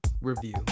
Review